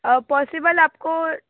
possible आपको